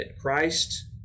Christ